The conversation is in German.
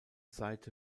seite